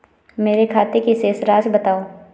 मेरे खाते की शेष राशि बताओ?